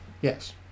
Yes